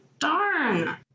Darn